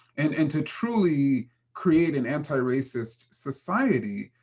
and and to truly create an anti-racist society,